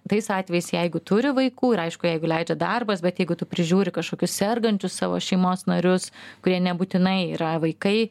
tais atvejais jeigu turi vaikų ir aišku jeigu leidžia darbas bet jeigu tu prižiūri kažkokius sergančius savo šeimos narius kurie nebūtinai yra vaikai